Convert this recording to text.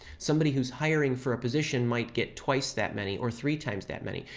somebody who's hiring for a position might get twice that many or three times that many,